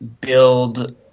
build